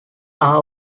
are